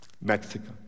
Mexico